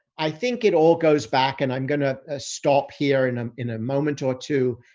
i think it all goes back and i'm going to ah stop here in um in a moment or two.